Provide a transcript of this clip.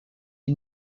est